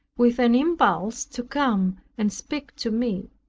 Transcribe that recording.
with an impulse to come and speak to me.